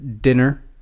dinner